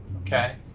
okay